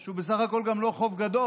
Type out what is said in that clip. שהוא בסך הכול לא חוב גדול,